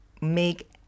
make